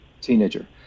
teenager